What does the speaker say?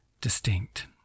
distinct